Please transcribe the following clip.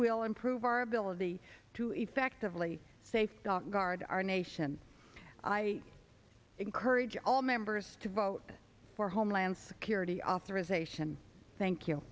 will improve our ability to effectively safe guard our nation i encourage all members to vote for homeland security authorization thank you